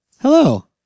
Hello